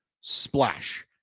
splash